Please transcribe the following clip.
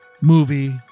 movie